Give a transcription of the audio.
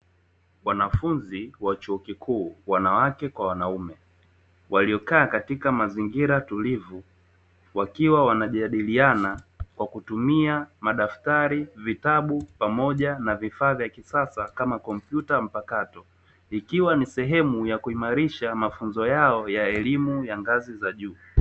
Wanafunzi wa chuo kikuu wanawake kwa wanaume, waliokaa katika mazingara tulivu wakiwa wajadiliana kwa kutumia madaftari, vitabu pamoja na vifaa vya kisasa kama kompyuta mpakato. Ikiwa ni sehemu ya kuimarisha mafunzo yao ya elimu ya ngazi za juu.